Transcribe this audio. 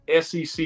SEC